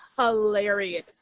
hilarious